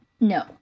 No